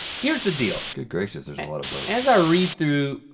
here's the deal. good gracious there's a lot of boats. as i read through,